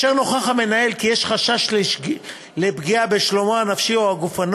אם נוכח המנהל כי יש חשש לפגיעה בשלומו הנפשי או הגופני